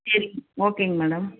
சேரிங்க ஓகேங்க மேடம்